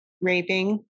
raping